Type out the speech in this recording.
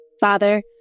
Father